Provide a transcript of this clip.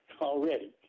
already